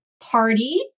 party